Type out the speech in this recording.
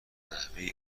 نحوه